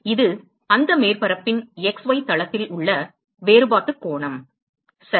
இது அந்த மேற்பரப்பின் x y தளத்தில் உள்ள வேறுபாட்டுக் கோணம் சரி